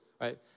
right